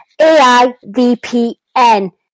AIVPN